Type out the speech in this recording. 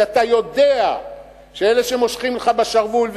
כי אתה יודע שאלה שמושכים לך בשרוול,